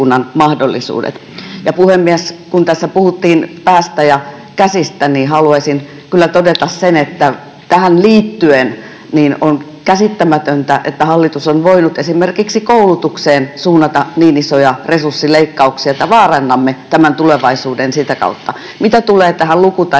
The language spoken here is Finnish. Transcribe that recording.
Puhemies! Kun tässä puhuttiin päästä ja käsistä, niin haluaisin kyllä todeta sen, että tähän liittyen on käsittämätöntä, että hallitus on voinut esimerkiksi koulutukseen suunnata niin isoja resurssileikkauksia, että vaarannamme tulevaisuuden sitä kautta. Mitä tulee lukutaitoon